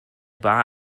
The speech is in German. bar